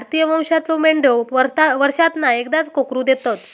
भारतीय वंशाच्यो मेंढयो वर्षांतना एकदाच कोकरू देतत